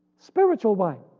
spiritual wine,